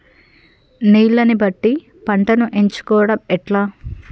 నీళ్లని బట్టి పంటను ఎంచుకోవడం ఎట్లా?